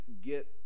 get